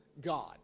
God